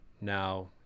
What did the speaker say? now